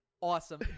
awesome